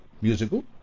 musical